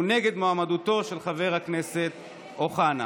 הוא נגד מועמדותו של חבר הכנסת אוחנה.